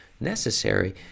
necessary